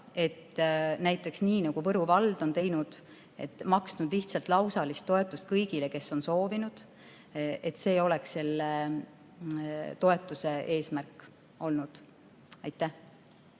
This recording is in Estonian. et nii nagu näiteks Võru vald on teinud, maksnud lihtsalt lausalist toetust kõigile, kes on soovinud, et see on selle toetuse eesmärk olnud. Aitäh!